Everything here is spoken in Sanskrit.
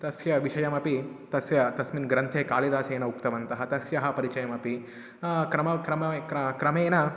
तस्य विषयमपि तस्य तस्मिन् ग्रन्थे कालिदासेन उक्तवन्तः तस्याः परिचयमपि क्रमः क्रमः क्र क्रमेण